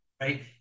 right